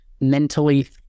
mentally